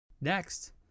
next